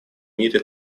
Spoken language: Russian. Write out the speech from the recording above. мире